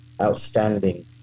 outstanding